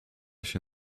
się